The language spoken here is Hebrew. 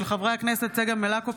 של חברי הכנסת צגה מלקו,